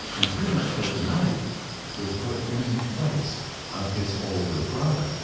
and pretty much overnight was put in the place of his older brother.